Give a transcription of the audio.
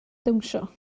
dawnsio